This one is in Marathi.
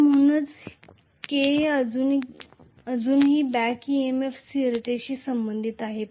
तर म्हणूनच के अजूनही बॅक EMF स्थिरतेशी संबंधित आहे